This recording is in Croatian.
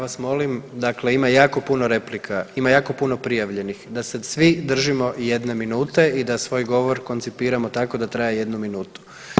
Ja vas molim, dakle ima jako puno replika, ima jako puno prijavljenih, da se svi držimo jedne minute i da svoj govor koncipiramo tako da traje jednu minutu.